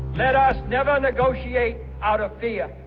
let us never negotiate out of fear.